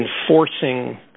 enforcing